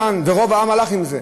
ורוב העם הלך עם זה,